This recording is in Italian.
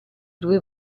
due